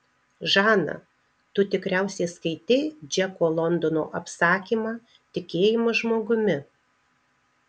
žana tu tikriausiai skaitei džeko londono apsakymą tikėjimas žmogumi